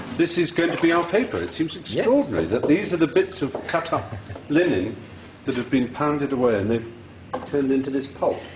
this is going to be our paper. it seems extraordinary that these are the bits of cut-up linen that have been pounded away, and they've turned into this pulp.